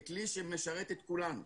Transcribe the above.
ככלי שמשרת את כולנו.